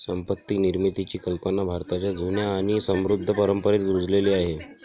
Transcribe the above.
संपत्ती निर्मितीची कल्पना भारताच्या जुन्या आणि समृद्ध परंपरेत रुजलेली आहे